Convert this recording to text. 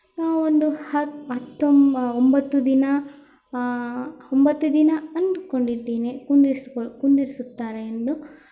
ನಾವೊಂದು ಹತ್ತು ಹತ್ತೊಮ್ ಒಂಬತ್ತು ದಿನ ಒಂಬತ್ತು ದಿನ ಅಂದುಕೊಂಡಿದ್ದೀನಿ ಕುಂದಿರ್ಸ್ಕೊ ಕುಳ್ಳಿರ್ಸುತ್ತಾರೆ ಎಂದು